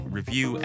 review